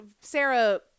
Sarah